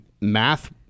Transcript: math